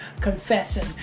confessing